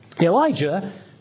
Elijah